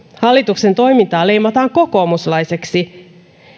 hallituksen toimintaa leimataan kokoomuslaiseksi